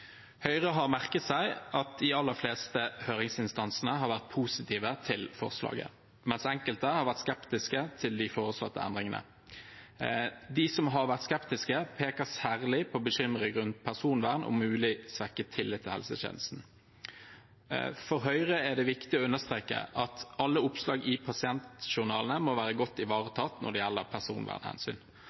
Høyre har merket seg at de aller fleste høringsinstansene har vært positive til forslaget, mens enkelte har vært skeptiske til de foreslåtte endringene. De som har vært skeptiske, peker særlig på bekymring rundt personvern og mulig svekket tillit til helsetjenesten. For Høyre er det viktig å understreke at alle oppslag i pasientjournalene må være godt ivaretatt når det gjelder personvernhensyn.